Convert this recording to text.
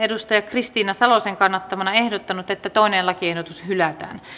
kristiina salosen kannattamana ehdottanut että toinen lakiehdotus hylätään